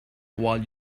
while